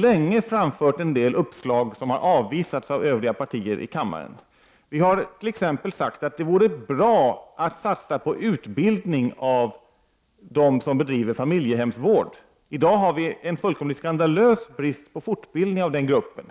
länge framfört en del uppslag som har avvisats av Övriga partier i kammaren. Vi har t.ex. sagt att det vore bra att satsa på utbildning av dem som bedriver familjehemsvård. I dag har vi en fullkomligt skandalös brist på fortbildning av denna grupp.